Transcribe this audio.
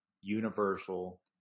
universal